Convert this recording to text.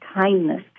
kindness